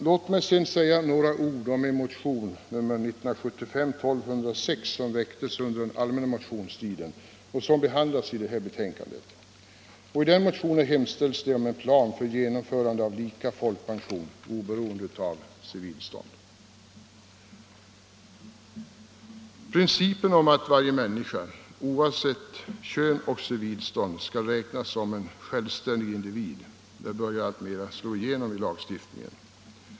Låt mig sedan säga några ord om motion 1206, som väcktes under den allmänna motionstiden och som behandlas i föreliggande betänkande. I motionen hemställs om en plan för genomförande av lika folkpension oberoende av civilstånd. Principen om att varje människa, oavsett kön och civilstånd, skall räknas som en självständig individ börjar alltmer slå igenom i lagstiftningen.